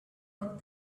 what